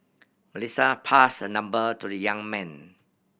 Melissa passed her number to the young man